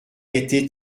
été